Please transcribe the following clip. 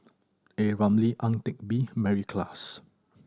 A Ramli Ang Teck Bee Mary Klass